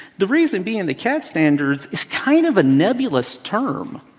the reason being they cad standards is kind of a nebulous term.